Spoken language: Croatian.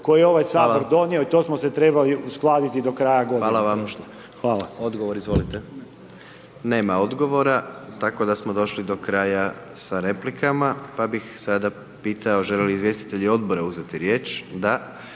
Hvala./... Sabor donio i to smo se trebali uskladiti do kraja godine. **Jandroković, Gordan (HDZ)** Hvala vam. Odgovor izvolite. Nema odgovora. Tako da smo došli do kraja sa replikama pa bih sada pitao žele li izvjestitelji odbora uzeti riječ? Da.